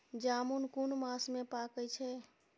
जामून कुन मास में पाके छै?